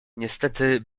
niestety